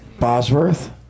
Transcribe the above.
Bosworth